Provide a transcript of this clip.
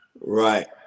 right